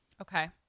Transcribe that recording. Okay